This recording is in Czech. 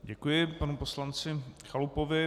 Děkuji panu poslanci Chalupovi.